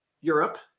Europe